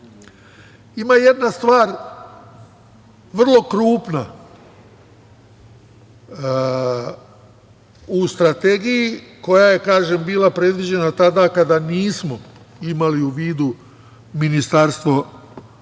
jedna stvar vrlo krupna u strategiji, koja je bila predviđena tada kada nismo imali u vidu Ministarstvo za